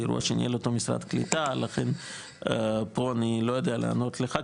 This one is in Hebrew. זה אירוע שניהל אותו משרד הקליטה לכן פה אני לא יודע לענות לך,